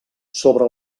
sobre